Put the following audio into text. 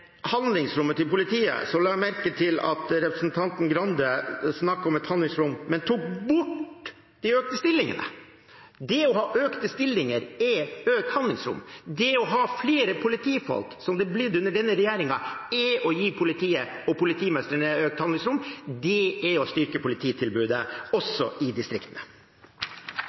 handlingsrommet til politiet, la jeg merke til at representanten Grande snakket om et handlingsrom, men tok bort det økte antallet stillinger. Det å ha økt antallet stillinger er økt handlingsrom. Det å ha flere politifolk – som det er blitt under denne regjeringen – er å gi politiet og politimestrene økt handlingsrom. Det er å styrke polititilbudet også i distriktene.